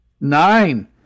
Nine